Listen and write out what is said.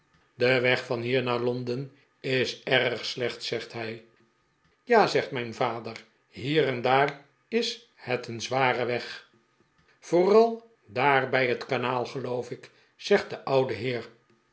de weg van hier naar londen is erg slecht zegt hij ja zegt mijn vader hier en daar is het een zware weg vooral daar bij het kanaal geloof ik zegt de oude heer